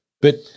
But-